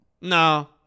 No